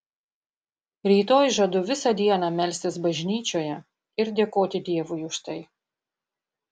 rytoj žadu visą dieną melstis bažnyčioje ir dėkoti dievui už tai